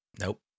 Nope